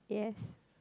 yes